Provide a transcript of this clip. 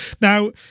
Now